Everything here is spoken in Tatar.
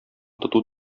тоту